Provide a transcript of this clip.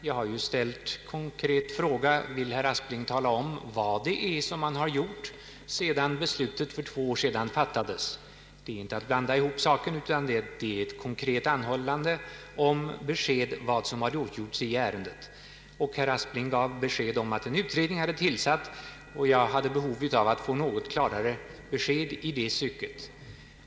Jag har ju ställt en konkret fråga: Vill herr Aspling tala om vad regeringen har gjort sedan riksdagsbeslutet fattades för två år sedan? Det är inte att blanda ihop saker och ting. Det är en konkret anhållan om ett besked om vad som gjorts i ärendet. Herr Aspling sade att en utredning hade tillsatts, och jag hade behov av att få något klarare besked i det stycket.